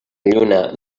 lluna